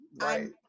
Right